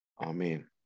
Amen